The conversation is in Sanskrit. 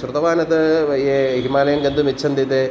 श्रुतवान् यत् ये हिमालयं गन्तुम् इच्छन्ति ते